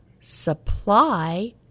supply